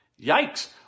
Yikes